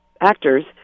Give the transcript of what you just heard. actors